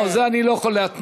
לא, אני לא יכול להתנות.